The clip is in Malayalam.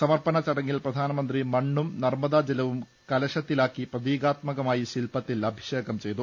സമർപ്പണ ചടങ്ങിൽ പ്രധാനമന്ത്രി മണ്ണും നർമ്മദ ജലവും കലശത്തിലാക്കി പ്രതീകാത്മകമായി ശില്പത്തിൽ അഭിഷേകം ചെയ്തു